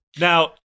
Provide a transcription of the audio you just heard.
Now